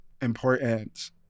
important